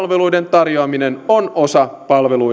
tarjoaminen on osa palveluiden vapaata liikkumista arvoisa